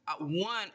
one